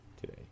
today